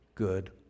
good